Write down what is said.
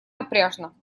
напряжно